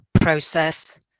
process